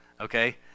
okay